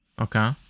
Okay